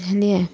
बुझअलियै